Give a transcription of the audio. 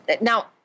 now